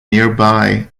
nearby